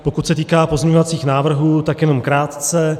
Pokud se týká pozměňovacích návrhů, tak jenom krátce.